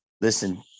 listen